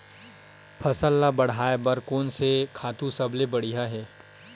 फसल ला बढ़ाए बर कोन से खातु सबले बढ़िया हे?